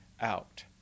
out